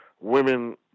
women